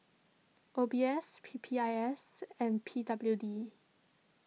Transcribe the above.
O B S P P I S and P W D